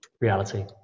Reality